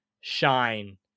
shine